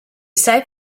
saved